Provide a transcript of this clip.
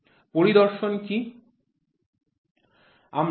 পরিদর্শন কি